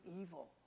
evil